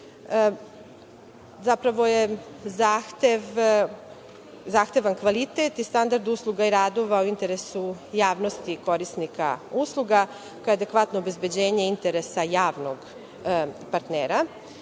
Zapravo je zahtevan kvalitet i standard usluga i radova u interesu javnosti, korisnika usluga, adekvatno obezbeđenje interesa javnog partnera,